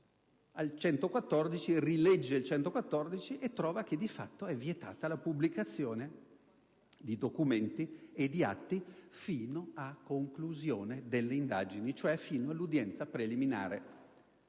l'articolo 114, scopre che, di fatto, è vietata la pubblicazione di documenti e di atti fino a conclusione delle indagini, cioè fino all'udienza preliminare.